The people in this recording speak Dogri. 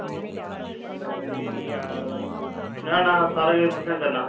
ना ना सारा किश तुसें करना